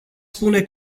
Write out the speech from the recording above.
spune